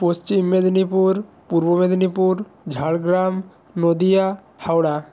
Paschim Medinipur Purba Medinipur Jhargram Nadia Howrah